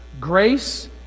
grace